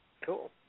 Cool